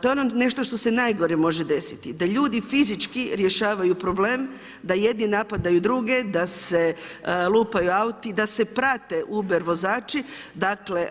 To je ono nešto što se najgore može desiti, da ljudi fizički rješavaju problem, da jedni napadaju druge, da se lupaju auti, da se prate UBER vozači, dakle